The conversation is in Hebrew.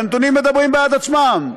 והנתונים מדברים בעד עצמם.